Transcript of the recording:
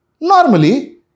normally